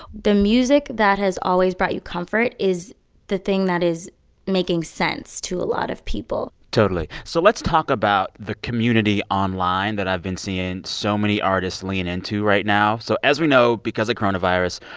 the music that has always brought you comfort is the thing that is making sense to a lot of people totally. so let's talk about the community online that i've been seeing so many artists lean into right now. so as we know, because of coronavirus,